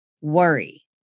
worry